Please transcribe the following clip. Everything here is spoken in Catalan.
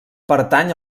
pertany